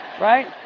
Right